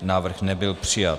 Návrh nebyl přijat.